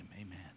Amen